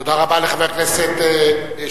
תודה רבה לחבר הכנסת שנלר.